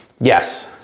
yes